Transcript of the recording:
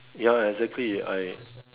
ya exactly I